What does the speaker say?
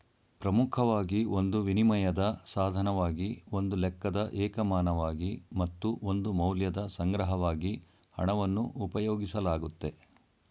ಪ್ರಮುಖವಾಗಿ ಒಂದು ವಿನಿಮಯದ ಸಾಧನವಾಗಿ ಒಂದು ಲೆಕ್ಕದ ಏಕಮಾನವಾಗಿ ಮತ್ತು ಒಂದು ಮೌಲ್ಯದ ಸಂಗ್ರಹವಾಗಿ ಹಣವನ್ನು ಉಪಯೋಗಿಸಲಾಗುತ್ತೆ